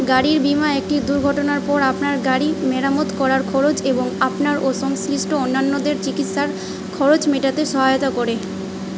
গাড়ির বীমা একটি দুর্ঘটনার পর আপনার গাড়ি মেরামত করার খরচ এবং আপনার ও সংশ্লিষ্ট অন্যান্যদের চিকিসসার খরচ মেটাতে সহায়তা করে